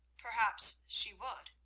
perhaps she would,